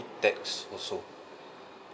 tax also